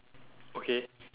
okay